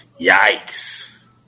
Yikes